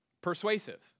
persuasive